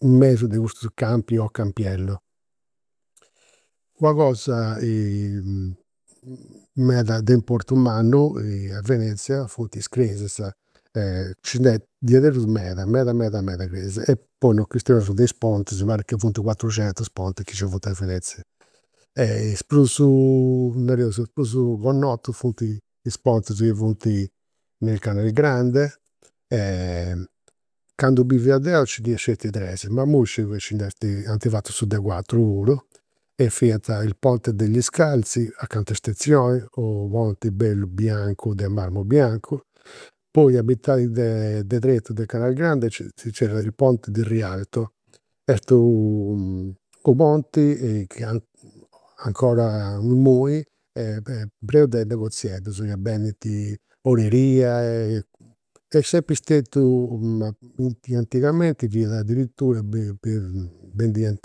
In mesu de custus campu o campiello. Una cosa meda de importu mannu, a Venezia, funt is cresias. Nci nd'est meda, meda meda meda cresias, e poi non chistioneus de is pontis, mi parrit ca funt cuatrucentus is pontis chi nci funt a Venezia. Is prus, nareus, is prus connotus funt is pontis chi funt nel canal grande e candu bivia deu nci nd'iat tres, ma imui sciu chi nci nd'est, anti fatu su de cuatru puru. E fiant il ponte degli scalzi, acant'e stazioni, u' ponti bellu, biancu, de marmu biancu. Poi a mitadi de tretu de Canal Grande nc'est, si zerriat il ponte di Rialto. Est u' ponti chi chi 'ncora imui est prenu de negozieddus chi bendint oreria, est sempri stetiu, antigamenti fiat adiritura bendiant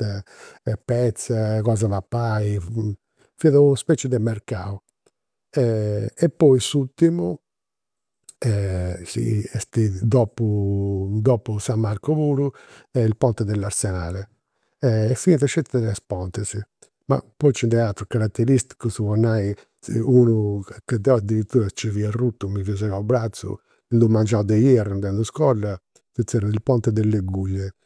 petza, cos'e papai, fiat una specie de mercau. E poi s'urtimu, est dopu dopu san marcu puru, est su ponte de s'arsenale. E fiant sceti tres pontis. Ma poi nci nd'est aterus carateristicus, po nai, unu ca deu adiritura arrutu e mi fia segau u' bratzu, in d'unu mengianu de ierru, andendu a iscola, si zerriat il ponte delle guglie